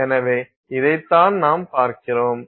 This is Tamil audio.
எனவே இதைத்தான் நாம் பார்க்கிறோம்